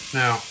now